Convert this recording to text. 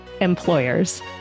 employers